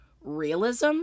realism